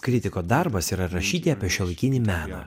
kritiko darbas yra rašyti apie šiuolaikinį meną